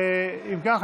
אם כך,